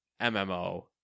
MMO